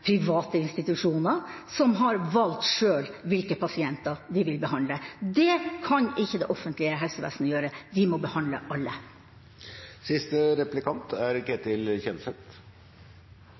private institusjoner, som har valgt selv hvilke pasienter de vil behandle. Det kan ikke det offentlige helsevesenet gjøre – de må behandle alle.